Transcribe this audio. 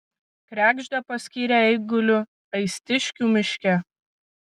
kregždę paskyrė eiguliu aistiškių miške